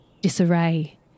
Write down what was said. disarray